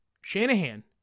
Shanahan